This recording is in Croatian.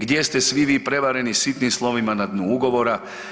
Gdje ste svi vi prevareni sitnim slovima na dnu ugovora?